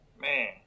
man